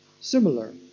similar